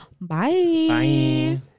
Bye